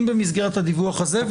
אם במסגרת הדיווח הזה,